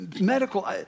medical